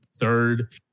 third